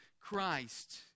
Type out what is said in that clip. Christ